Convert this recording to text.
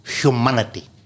humanity